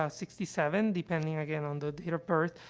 ah sixty seven, depending, again, on the date of birth,